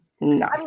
No